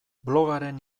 blogaren